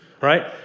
right